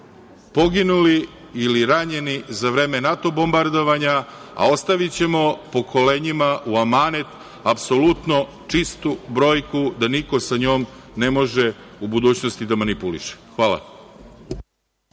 poginuli ili ranjeni za vreme NATO bombardovanja, a ostavićemo pokolenjima u amanet apsolutno čistu brojku, da niko sa njom ne može u budućnosti da manipuliše. Hvala.